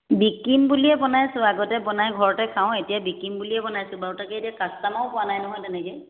বিকিম বুলিয়ে বনাইছোঁ আগতে বনাই ঘৰতে খাওঁ এতিয়া বিকিম বুলিয়ে বনাইছোঁ বাৰু তাকে এতিয়া কাষ্টামাৰো পোৱা নাই নহয় তেনেকে